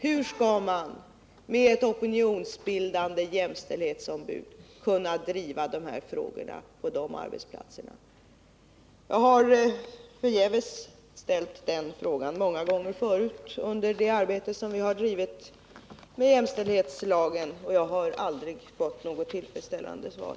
Hur skall man med ett opinionsbildande jämställdhetsombud kunna driva jämställdhetsfrågor på sådana arbetsplatser? Jag har många gånger tidigare förgäves ställt den frågan, men jag har aldrig fått något tillfredsställande svar.